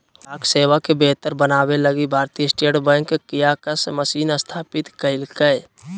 ग्राहक सेवा के बेहतर बनाबे लगी भारतीय स्टेट बैंक कियाक्स मशीन स्थापित कइल्कैय